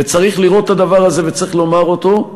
וצריך לראות את הדבר הזה וצריך לומר אותו,